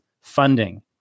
funding